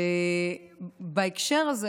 בהקשר הזה,